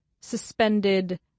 suspended